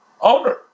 owner